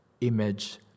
image